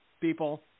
people